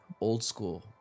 old-school